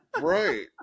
Right